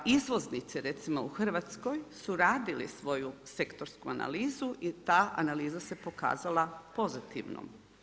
Izvoznici recimo u Hrvatskoj su radili svoju sektorsku analizu i ta analiza se pokazala pozitivnom.